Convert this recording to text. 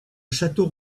château